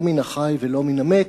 לא מן החי ולא מן המת.